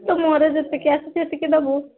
ତ ମୋର ଯେତିକି ଆସିଛି ଏତିକି ଦେବୁ